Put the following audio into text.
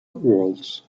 worlds